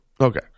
Okay